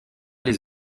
les